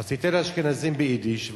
אז תיתן לאשכנזים ביידיש,